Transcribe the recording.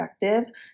effective